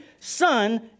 son